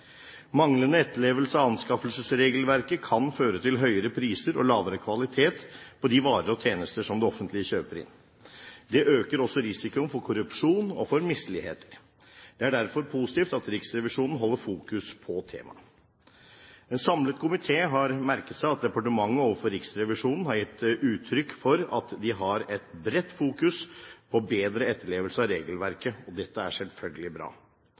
Manglende etterlevelse av anskaffelsesregelverket kan føre til høyere priser og lavere kvalitet på de varer og tjenester som det offentlige kjøper inn. Det øker også risikoen for korrupsjon og for misligheter. Det er derfor positivt at Riksrevisjonen fokuserer på temaet. En samlet komité har merket seg at departementet overfor Riksrevisjonen har gitt uttrykk for at de har et bredt fokus på bedre etterlevelse av regelverket. Dette er selvfølgelig bra.